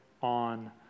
on